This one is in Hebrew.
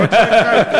עוד לא התחלתי.